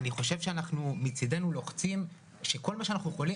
אני חושב שאנחנו מצידנו לוחצים שכל מה שאנחנו יכולים,